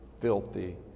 filthy